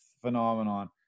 phenomenon